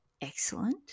excellent